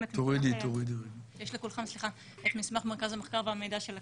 את מסמך מרכז המחקר והמידע של הכנסת,